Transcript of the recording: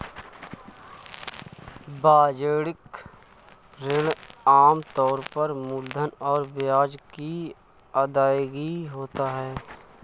वाणिज्यिक ऋण आम तौर पर मूलधन और ब्याज की अदायगी होता है